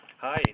Hi